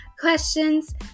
questions